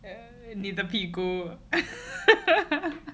你的屁股